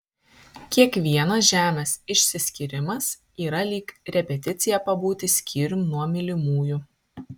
kiekvienas žemės išsiskyrimas yra lyg repeticija pabūti skyrium nuo mylimųjų